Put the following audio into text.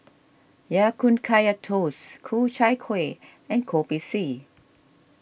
Ya Kun Kaya Toast Ku Chai Kuih and Kopi C